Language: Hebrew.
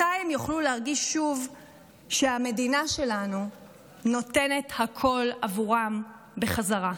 מתי הם יוכלו להרגיש שוב שהמדינה שלנו נותנת הכול עבורם בחזרה?